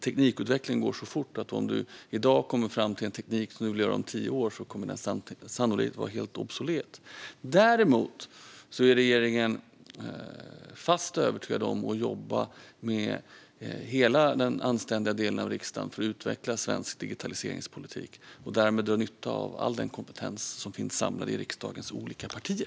Teknikutvecklingen går så fort att om du i dag kommer fram till en teknik som du vill använda om tio år kommer den då sannolikt att vara helt obsolet. Däremot är regeringen fast övertygad om att jobba tillsammans med hela den anständiga delen av riksdagen för att utveckla svensk digitaliseringspolitik och därmed dra nytta av all den kompetens som finns samlad i riksdagens olika partier.